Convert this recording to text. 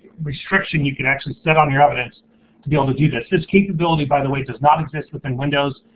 restriction you can actually set on your evidence to be able to do this. this capability, by the way, does not exist within windows.